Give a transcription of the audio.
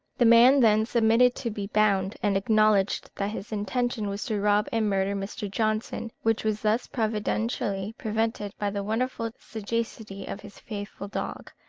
the man then submitted to be bound, and acknowledged that his intention was to rob and murder mr. johnson, which was thus providentially prevented by the wonderful sagacity of his faithful dog.